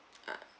ah